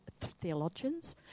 theologians